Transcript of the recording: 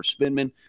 Spinman